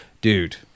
dude